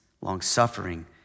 long-suffering